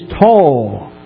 tall